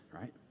right